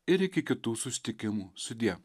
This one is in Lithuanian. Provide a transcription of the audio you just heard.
ir iki kitų susitikimų sudie